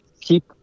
keep